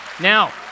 Now